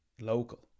local